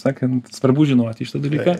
sakant svarbu žinoti šitą dalyką